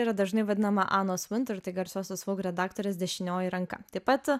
yra dažnai vadinama anos vinter tai garsiosios redaktorės dešinioji ranka taip pat